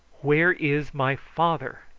where is my father?